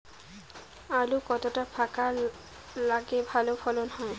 আলু কতটা ফাঁকা লাগে ভালো ফলন হয়?